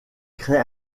crée